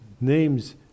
names